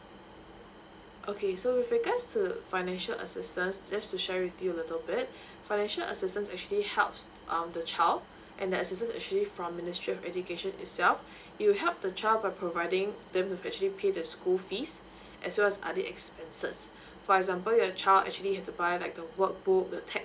okay so with regards to the financial assistance just to share with you a little bit financial assistance actually helps um the child and that assistance is actually from ministry of education itself it will help your child by providing them with actually pay the school fees as well as other expenses for example your child actually have to buy like the work book the text